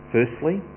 Firstly